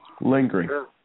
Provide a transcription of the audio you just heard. Lingering